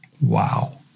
Wow